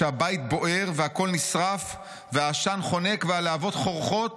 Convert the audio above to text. שכשהבית בוער והכול נשרף והעשן חונק והלהבות חורכות